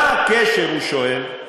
מה הקשר, הוא שואל,